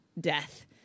death